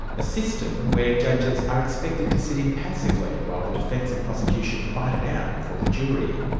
a system where judges are expected to sit impassively while the defence and prosecution fight it out before the jury.